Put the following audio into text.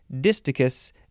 disticus